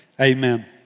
Amen